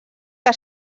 que